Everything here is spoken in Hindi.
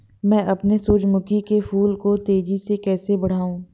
मैं अपने सूरजमुखी के फूल को तेजी से कैसे बढाऊं?